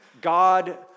God